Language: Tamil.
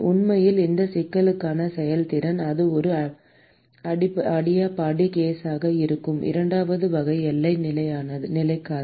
உண்மையில் இந்தச் சிக்கலுக்கான செயல்திறன் அது ஒரு அடிபயாடிக் கேஸாக இருக்கும் இரண்டாவது வகை எல்லை நிலைக்கானது